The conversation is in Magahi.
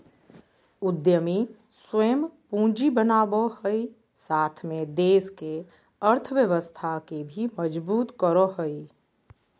उद्यमी स्वयं पूंजी बनावो हइ साथ में देश के अर्थव्यवस्था के भी मजबूत करो हइ